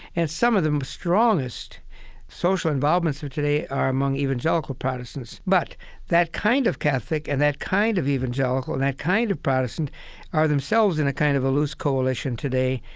and some of the strongest social involvements of today are among evangelical protestants. but that kind of catholic and that kind of evangelical and that kind of protestant are themselves in a kind of a loose coalition today.